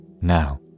Now